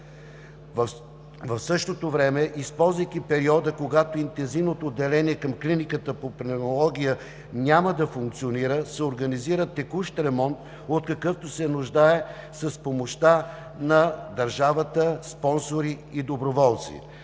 В същото време, използвайки периода, когато интензивното отделение към Клиниката по пневмология няма да функционира, се организира текущ ремонт, от какъвто се нуждае, с помощта на държавата, спонсори и доброволци.